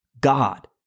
God